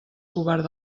covard